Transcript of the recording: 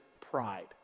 pride